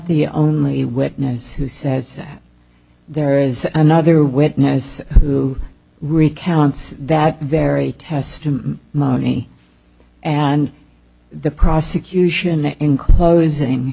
the only witness who says that there is another witness who recounts that very test him money and the prosecution in closing